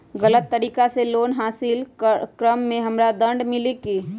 गलत तरीका से लोन हासिल कर्म मे हमरा दंड मिली कि?